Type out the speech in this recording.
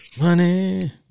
money